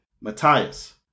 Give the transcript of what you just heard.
Matthias